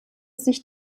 sich